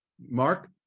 Mark